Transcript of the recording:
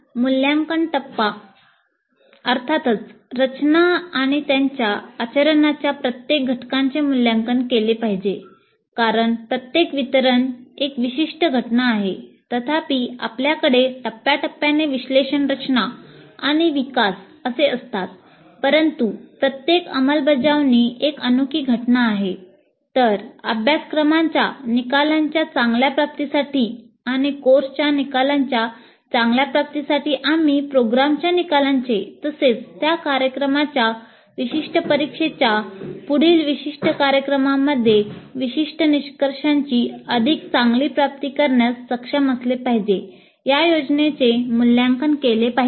मूल्यांकन टप्पा अधिक चांगली प्राप्ती करण्यास सक्षम असले पाहिजे या योजनेचे मूल्यांकन केले पाहिजे